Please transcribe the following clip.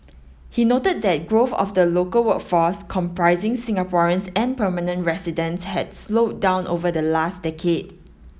he noted that growth of the local workforce comprising Singaporeans and permanent residents had slowed down over the last decade